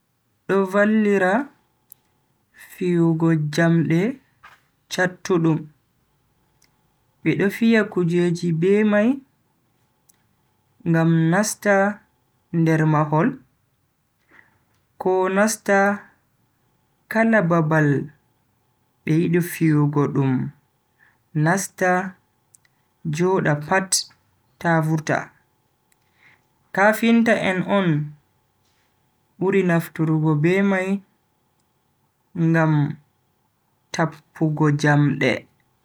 Do vallira fiyugo jamde chattudum. bedo fiya kujeji be mai ngam nasta nder mahol ko nasta kala babal be yidi fiyugo dum nasta joda pat ta vurta. kafinta en on buri nafturgo be mai ngam tappugo jamde.